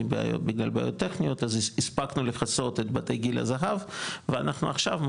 בגלל בעיות טכניות אז הספקנו לכסות את בתי גיל הזהב ואנחנו עכשיו,